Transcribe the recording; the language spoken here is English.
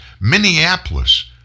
Minneapolis